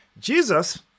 Jesus